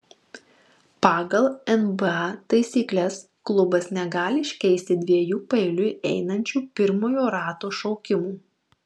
pagal nba taisykles klubas negali iškeisti dviejų paeiliui einančių pirmojo rato šaukimų